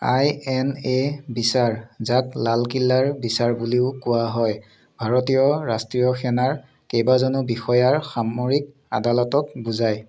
I N A বিচাৰ যাক লালকিল্লাৰ বিচাৰ বুলিও কোৱা হয় ভাৰতীয় ৰাষ্ট্ৰীয় সেনাৰ কেইবাজনো বিষয়াৰ সামৰিক আদালতক বুজায়